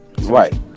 right